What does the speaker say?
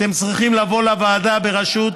אתם צריכים לבוא לוועדה בראשות